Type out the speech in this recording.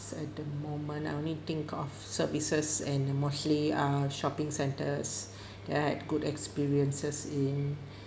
at the moment I only think of services and mostly err shopping centres at good experiences in